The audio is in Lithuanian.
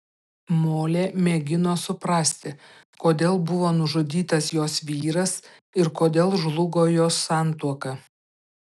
molė mėgino suprasti kodėl buvo nužudytas jos vyras ir kodėl žlugo jos santuoka